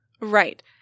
Right